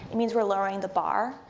it means we're lowering the bar,